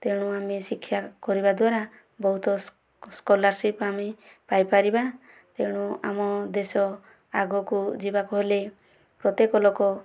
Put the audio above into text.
ତେଣୁ ଆମେ ଶିକ୍ଷା କରିବା ଦ୍ଵାରା ବହୁତ ସ୍କଲାରସିପ୍ ଆମେ ପାଇ ପାରିବା ତେଣୁ ଆମ ଦେଶ ଆଗକୁ ଯିବାକୁ ହେଲେ ପ୍ରତ୍ୟେକ ଲୋକ